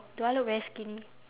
do I look very skinny